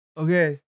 Okay